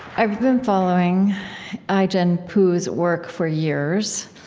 i've been following ai-jen poo's work for years,